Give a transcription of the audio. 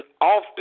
often